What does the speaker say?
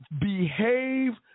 behave